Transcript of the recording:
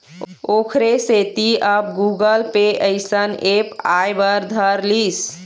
ओखरे सेती अब गुगल पे अइसन ऐप आय बर धर लिस